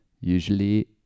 usually